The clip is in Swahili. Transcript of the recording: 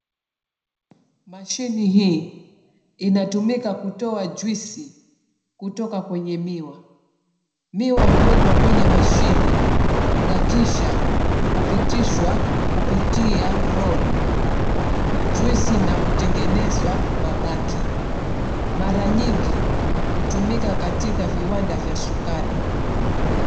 Mashine hii inatumika kutoa juisi kutoka kwenye miwa. Miwa huwekwa kwenye mashini na kisha hupitishwa kupitia roli. Juisi na kutengenezwa mabaki. Mara nyingi hutumika katika viwanda vya sukari.